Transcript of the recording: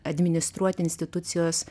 administruoti institucijos